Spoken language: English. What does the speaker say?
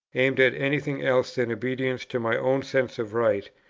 aimed at any thing else than obedience to my own sense of right,